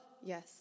yes